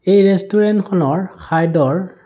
এই ৰেষ্টুৰেণ্টখনৰ খাদ্যৰ